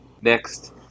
next